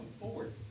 forward